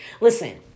Listen